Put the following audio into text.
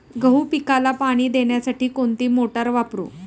गहू पिकाला पाणी देण्यासाठी कोणती मोटार वापरू?